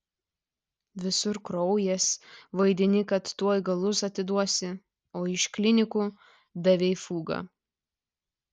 visur kraujas vaidini kad tuoj galus atiduosi o iš klinikų davei fugą